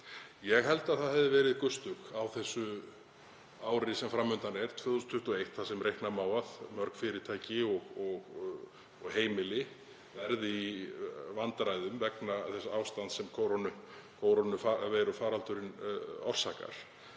Ég held að það hefði verið gustuk á því ári sem fram undan er, 2021, þar sem reikna má með að mörg fyrirtæki og heimili verði í vandræðum vegna þess ástands sem kórónuveirufaraldurinn orsakar,